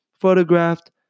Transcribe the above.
photographed